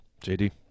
JD